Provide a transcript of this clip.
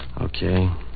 Okay